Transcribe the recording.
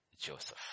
Joseph